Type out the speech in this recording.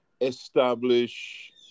establish